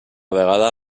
vegada